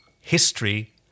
history